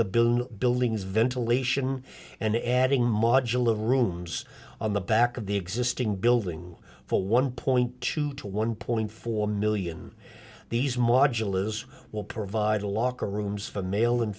the billion buildings ventilation and adding modular rooms on the back of the existing building for one point two to one point four million these modulus will provide a locker rooms for male and